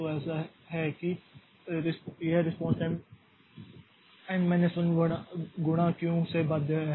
तो ऐसा है यह रेस्पॉन्स टाइम एन माइनस 1 गुणा क्यू से बाध्य है